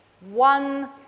One